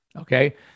okay